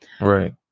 right